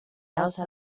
alça